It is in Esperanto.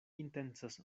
intencas